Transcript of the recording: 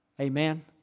Amen